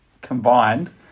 combined